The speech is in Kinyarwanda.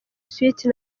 sweety